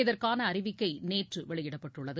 இதற்கானஅறிவிக்கைநேற்றுவெளியிடப்பட்டுள்ளது